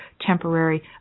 temporary